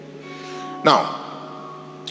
Now